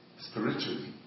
spiritually